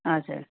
हजुर